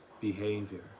behavior